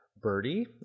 Birdie